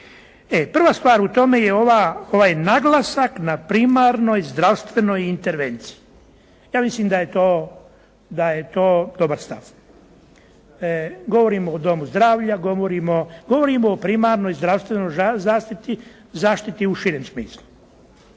prva stvar u tome je ovaj naglasak na primarnoj zdravstvenoj intervenciji. Ja mislim da je to dobar stav. Govorimo o domu zdravlja, govorimo o primarnoj zdravstvenoj zaštiti u širem smislu.